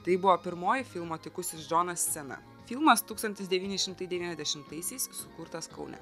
tai buvo pirmoji filmo tykusis džonas scena filmas tūkstantis devyni šimtai devyniasdešimtaisiais sukurtas kaune